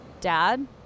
dad